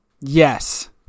Yes